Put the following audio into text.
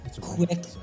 Quick